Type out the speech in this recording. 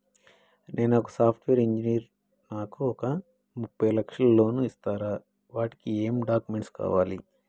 నేను ఒక software engineer నాకు ఒక ముప్పై లక్షల లోన్ ఇస్తరా? వాటికి ఏం డాక్యుమెంట్స్ కావాలి?